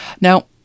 Now